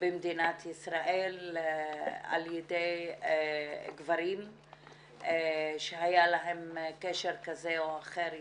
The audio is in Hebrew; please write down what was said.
במדינת ישראל על ידי גברים שהיה להם קשר כזה או אחר איתם.